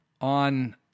on